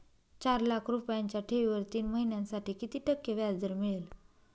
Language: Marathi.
चार लाख रुपयांच्या ठेवीवर तीन महिन्यांसाठी किती टक्के व्याजदर मिळेल?